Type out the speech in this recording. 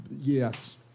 Yes